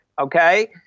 okay